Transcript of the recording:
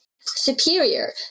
superior